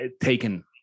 taken